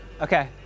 Okay